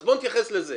אז בואו נתייחס לזה